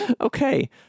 okay